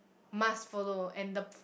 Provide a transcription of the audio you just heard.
must follow and the